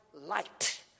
light